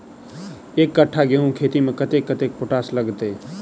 एक कट्ठा गेंहूँ खेती मे कतेक कतेक पोटाश लागतै?